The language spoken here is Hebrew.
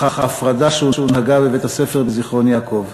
ההפרדה שהונהגה בבית-הספר בזיכרון-יעקב.